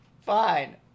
Fine